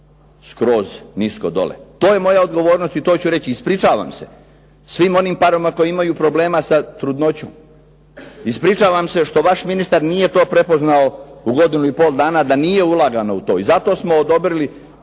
skroz nisko dole. To je moja odgovornost i to ću reći. Ispričavam se svim onim parovima koji imaju problema sa trudnoćom. Ispričavam se što vaš ministar nije to prepoznao u godinu i pol dana da nije ulagano u to. I zato smo odobrili,